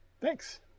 Thanks